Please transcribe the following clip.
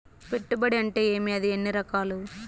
పెట్టుబడి అంటే ఏమి అది ఎన్ని రకాలు